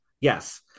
yes